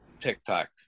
tiktok